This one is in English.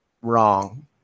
wrong